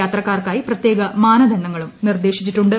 യാത്രക്കാർക്കായി പ്രത്യേക മാനദണ്ഡങ്ങളും നിർദേശിച്ചിട്ടുണ്ട്